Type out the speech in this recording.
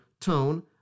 tone